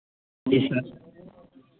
जी sir